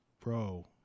bro